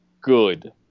good